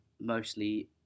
mostly